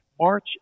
march